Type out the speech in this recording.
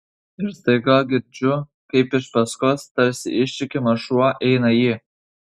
ir staiga girdžiu kaip iš paskos tarsi ištikimas šuo eina ji